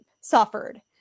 suffered